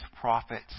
prophets